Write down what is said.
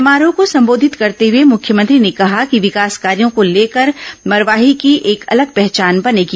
समारोह को संबोधित करते हुए मुख्यमंत्री ने कहा कि विकास कार्यों को ेलेकर मरवाही की एक अलग पहचान बनेगी